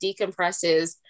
decompresses